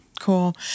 Cool